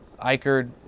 Eichard